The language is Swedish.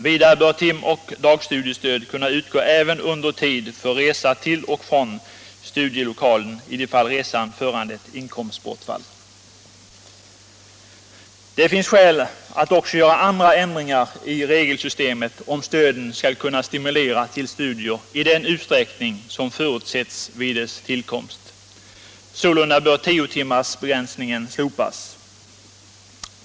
Vidare bör tim och dagstudiestöd kunna utgå även under tid för resa till och från studielokalen i de fall resan föranlett inkomstbortfall. Det finns skäl att också göra andra ändringar i regelsystemet, om stöden skall kunna stimulera till studier i den utsträckning som förutsatts vid stödens tillkomst. Sålunda bör tiotimmarsbegränsningen slopas.